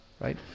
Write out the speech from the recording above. right